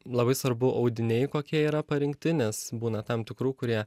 labai svarbu audiniai kokie yra parinkti nes būna tam tikrų kurie